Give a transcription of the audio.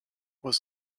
was